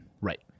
Right